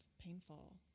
painful